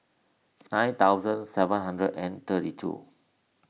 nine thousand seven hundred and thirty two